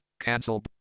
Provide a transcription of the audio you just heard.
Cancel